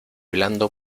blando